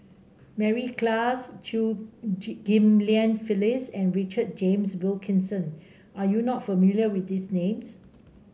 Mary Klass Chew Ghim Lian Phyllis and Richard James Wilkinson are you not familiar with these names